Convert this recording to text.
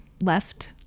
left